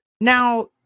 now